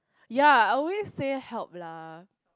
ya I always say help lah